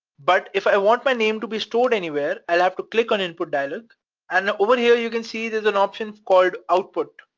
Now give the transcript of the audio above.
but if i want my name to be stored anywhere, i'll have to click on input dialog and over here you can see there's an option called output,